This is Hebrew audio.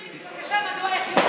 אל תסביר לי בבקשה מדוע הוא היה חיוני,